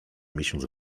miesiąc